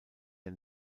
der